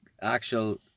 actual